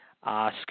Scott